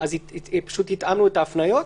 ואז פשוט התאמנו את ההפניות.